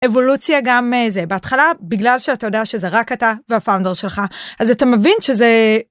אבולוציה גם איזה בהתחלה בגלל שאתה יודע שזה רק אתה והפאונדר שלך אז אתה מבין שזה.